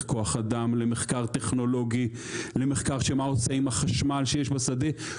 כוח אדם; למחקר טכנולוגי; למחקר של מה עושים עם החשמל שיש בשדה.